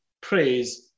praise